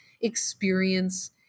experience